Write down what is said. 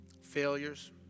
failures